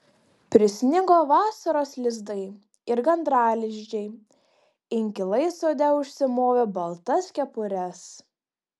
prisnigo vasaros lizdai ir gandralizdžiai inkilai sode užsimovė baltas kepures